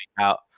out